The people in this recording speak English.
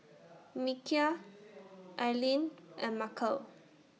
Michial Aileen and Markel